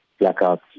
blackouts